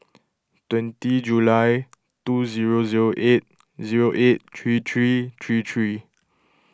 twenty July two zero zero eight zero eight three three three three